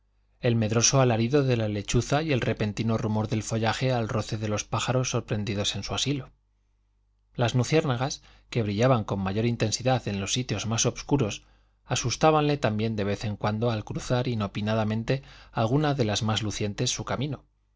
el medroso alarido de la lechuza y el repentino rumor del follaje al roce de los pájaros sorprendidos en su asilo las luciérnagas que brillaban con mayor intensidad en los sitios más obscuros asustábanle también de vez en cuando al cruzar inopinadamente alguna de las más lucientes su camino